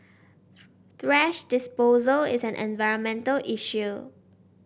thrash disposal is an environmental issue